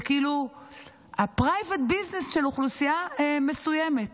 זה כאילו ה-private business של אוכלוסייה מסוימת,